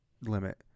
limit